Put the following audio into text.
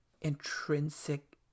intrinsic